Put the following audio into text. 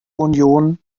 union